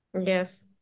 yes